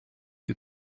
you